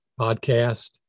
podcast